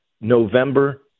November